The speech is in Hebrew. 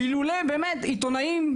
אילולי באמת עיתונאים,